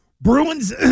Bruins